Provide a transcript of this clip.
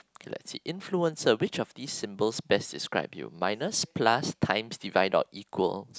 so let see influencer which of this symbols best describe you minus plus times divide or equal